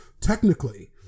technically